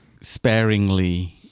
sparingly